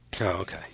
okay